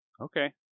okay